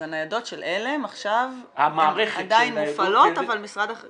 אז הניידות של עלם עדיין מופעלות אבל משרד הרווחה